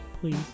please